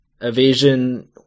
evasion